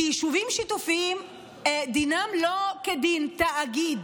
כי יישובים שיתופיים דינם לא כדין תאגיד,